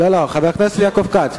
חבר הכנסת יעקב כץ,